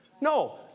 No